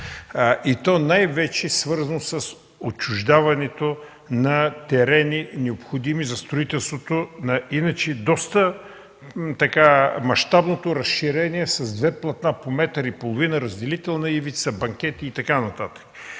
и то най-вече свързани с отчуждаването на терени, необходими за строителството на иначе доста мащабното разширение с две платна по метър и половина, разделителна ивица, банкети и така